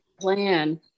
plan